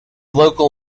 local